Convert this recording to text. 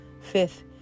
fifth